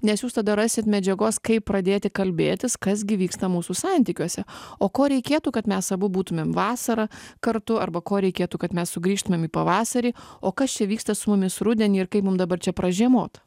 nes jūs tada rasit medžiagos kaip pradėti kalbėtis kas gi vyksta mūsų santykiuose o ko reikėtų kad mes abu būtumėm vasarą kartu arba ko reikėtų kad mes sugrįžtumėm į pavasarį o kas čia vyksta su mumis rudenį ir kaip mum dabar čia pražiemot